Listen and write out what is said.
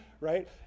right